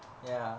ya